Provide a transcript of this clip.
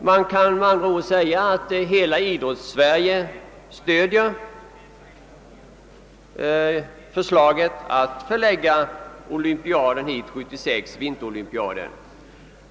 Man kan med andra ord säga att hela Idrotts Sverige stöder förslaget att förlägga vinterolympiaden 1976 dit.